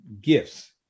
gifts